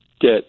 get